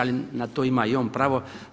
Ali na to ima i on pravo.